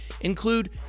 include